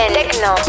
techno